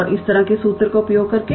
और इस तरह के सूत्र का उपयोग करके